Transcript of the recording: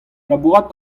labourat